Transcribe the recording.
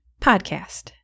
podcast